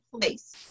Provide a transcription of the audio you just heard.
place